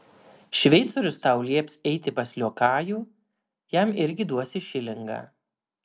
šveicorius tau lieps eiti pas liokajų jam irgi duosi šilingą